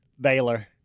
Baylor